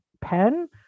pen